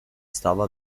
stava